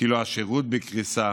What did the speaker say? כאילו השירות בקריסה